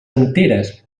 anteres